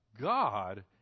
God